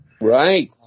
Right